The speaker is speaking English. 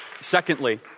secondly